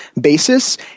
basis